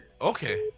Okay